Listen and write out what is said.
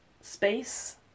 space